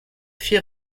fit